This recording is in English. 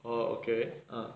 orh okay